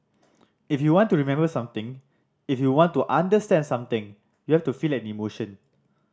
if you want to remember something if you want to understand something you have to feel an emotion